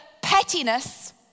pettiness